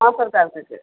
हाँ सर कर दीजिए